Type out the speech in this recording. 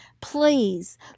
please